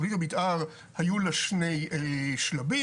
היו לה שני שלבים.